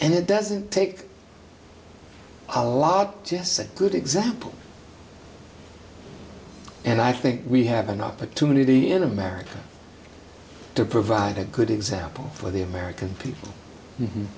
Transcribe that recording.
and it doesn't take a lot to set good example and i think we have an opportunity in america to provide a good example for the american people